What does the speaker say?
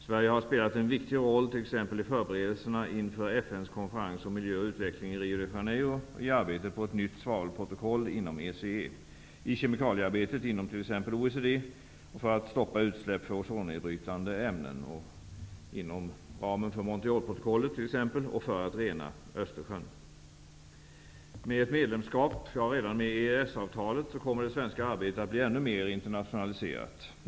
Sverige har spelat en viktig roll t.ex. i förberedelserna inför FN:s konferens om miljö och utveckling i Rio de Janeiro, i arbetet på ett nytt svavelprotokoll inom ECE, i kemikaliearbetet inom till exempel OECD, för att stoppa utsläpp av ozonnedbrytande ämnen, t.ex. inom ramen för Montrealprotokollet, och för att rena Östersjön. Med ett medlemskap, ja redan med EES-avtalet, kommer det svenska arbetet att bli ännu mer internationaliserat.